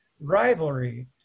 rivalry